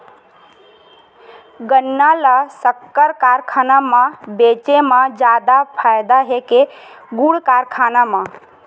गन्ना ल शक्कर कारखाना म बेचे म जादा फ़ायदा हे के गुण कारखाना म?